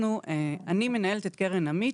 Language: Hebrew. אני מנהלת את קרן עמית